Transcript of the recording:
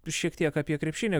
šiek tiek apie krepšinį